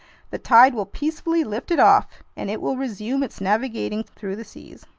the tide will peacefully lift it off, and it will resume its navigating through the seas.